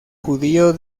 judío